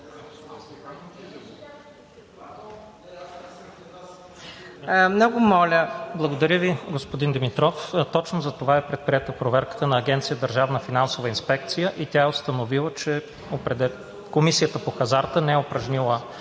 ВАСИЛЕВ: Благодаря Ви, господин Димитров. Точно затова е предприета проверката на Агенция „Държавна финансова инспекция“ и тя е установила, че Комисията по хазарта не е упражнила